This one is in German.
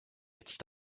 jetzt